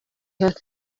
had